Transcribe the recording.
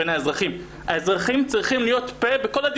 בין האזרחים.